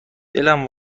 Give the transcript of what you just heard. دلم